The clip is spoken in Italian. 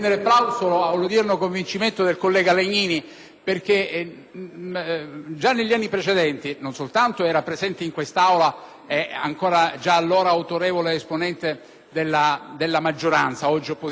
perché già negli anni precedenti non soltanto era presente in quest'Aula, già allora autorevole esponente della maggioranza, oggi opposizione, ma è stato altresì relatore della finanziaria.